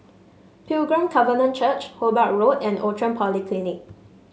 Pilgrim Covenant Church Hobart Road and Outram Polyclinic